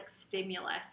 stimulus